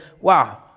wow